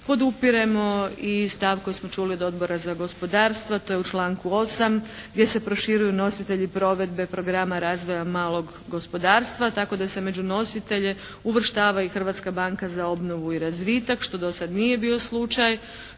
Podupiremo i stav koji smo čuli od Odbora za gospodarstvo, to je u članku 8., gdje se proširuju nositelji provedbe programa razvoja malog gospodarstva, tako da se među nositelje uvrštava i Hrvatska banka za obnovu i razvitak, što do sada nije bio slučaj,